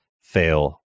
fail